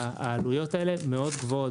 גם לפי שווי תיק העלויות האלה מאוד גבוהות